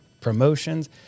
promotions